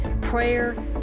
prayer